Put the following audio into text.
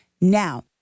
Now